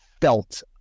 felt